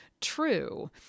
true